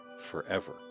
forever